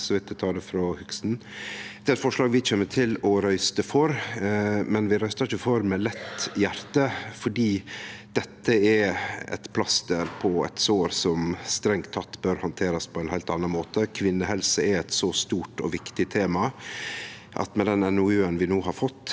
Det er eit forslag vi kjem til å røyste for, men vi røystar ikkje for med lett hjarte, for dette er eit plaster på eit sår som strengt teke bør handterast på ein heilt annan måte. Kvinnehelse er eit så stort og viktig tema, og med den NOU-en vi no har fått,